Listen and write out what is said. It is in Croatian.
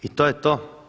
I to je to.